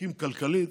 חזקים כלכלית,